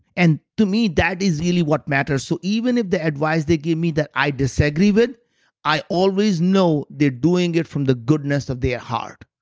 and to me that is really what matters. so even if the advice they give me that i disagree with but i always know they're doing it from the goodness of their heart.